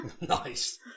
Nice